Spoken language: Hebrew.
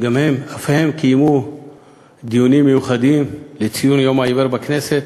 שאף הם קיימו דיונים מיוחדים לציון יום העיוור בכנסת,